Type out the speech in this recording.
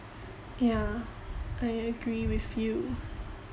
yeah I agree with you